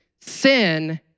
sin